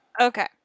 Okay